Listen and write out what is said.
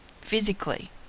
Physically